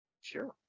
Sure